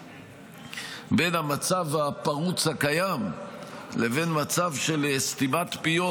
בין המצב הפרוץ הקיים לבין מצב של סתימת פיות,